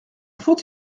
faute